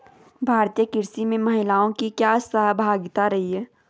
भारतीय कृषि में महिलाओं की क्या सहभागिता रही है?